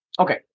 Okay